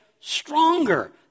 stronger